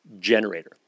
generator